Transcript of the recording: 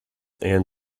anne